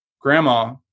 grandma